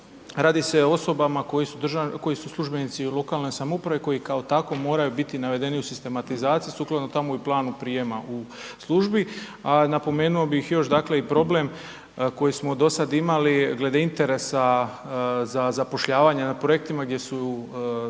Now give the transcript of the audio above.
radi se o osobama koji su službenici lokalne samouprave koji tako moraju biti navedeni u sistematizaciji sukladno … i planu prijema u službi. A napomenuo bih još i problem koji smo do sada imali glede interesa za zapošljavanje na projektima gdje su